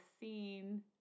scene